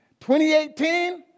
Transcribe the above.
2018